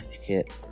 hit